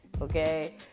Okay